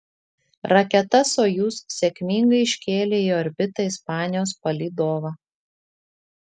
raketa sojuz sėkmingai iškėlė į orbitą ispanijos palydovą